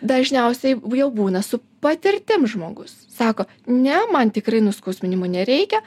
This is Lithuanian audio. dažniausiai jau būna su patirtim žmogus sako ne man tikrai nuskausminimo nereikia